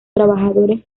trabajadores